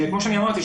כמו שאמרתי,